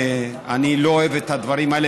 שאני לא אוהב את הדברים האלה,